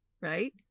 right